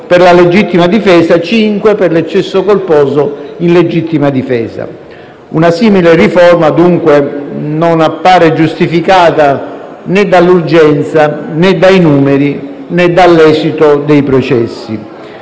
per la legittima difesa e cinque per l'eccesso colposo di legittima difesa. Una simile riforma, dunque, non appare giustificata, né dall'urgenza, né dai numeri, né dall'esito dei processi.